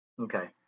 Okay